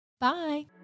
Bye